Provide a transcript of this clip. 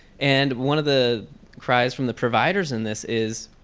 and one of the cries from the providers in this is,